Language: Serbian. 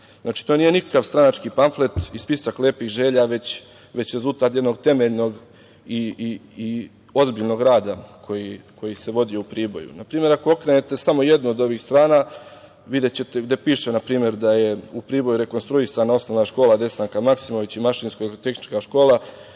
Znači, to nije nikakav stranački pamflet i spisak lepih želja, već rezultat jednog temeljnog i ozbiljnog rada koji se vodi u Priboju. Na primer, ako okrenete samo jednu od ovih strana videćete gde piše, na primer, da je u Priboju rekonstruisana OŠ „Desanka Maksimović“ i Mašinsko-elektrotehnička škola